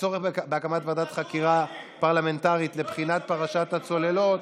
בוועדת חקירה פרלמנטרית לבחינת פרשת הצוללות